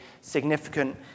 significant